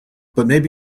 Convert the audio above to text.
butmaybe